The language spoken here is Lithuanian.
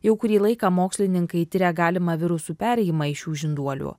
jau kurį laiką mokslininkai tiria galimą virusų perėjimą iš šių žinduolių